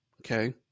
okay